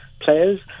players